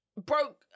Broke